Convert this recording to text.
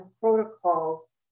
protocols